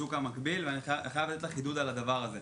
בשוק המקביל ואני חייב לתת לך חידוד על הדבר הזה.